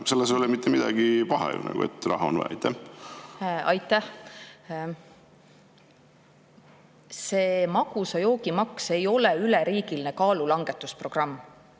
Selles ei ole mitte midagi paha ju, et raha on vaja. Aitäh! See magusa joogi maks ei ole üleriigiline kaalulangetusprogramm.